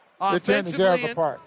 Offensively